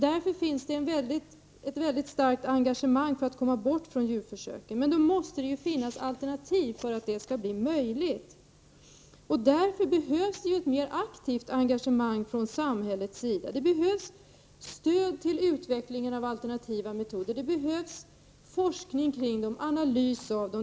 Därför finns det ett väldigt starkt engagemang för att vi skall komma bort från dessa djurförsök. Men då måste det finnas alternativ för att det skall bli möjligt. Det behövs mer aktivt engagemang från samhällets sida. Det behövs stöd till utveckling av alternativa metoder, det behövs forskning kring dem och analys av dem.